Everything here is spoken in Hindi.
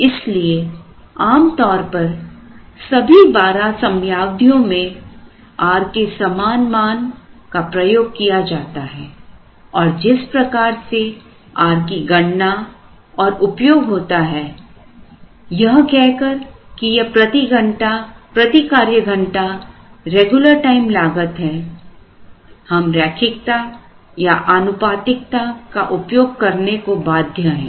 इसलिए आमतौर पर सभी 12 समयावधियों में r केसमान मान का प्रयोग किया जाता है और जिस प्रकार से r की गणना और उपयोग होता है यह कहकर कि यह प्रतिघंटा प्रति कार्यघंटा रेगुलर टाइम लागत है हम रैखिकता या अनुपातिकता का उपयोग करने को बाध्य है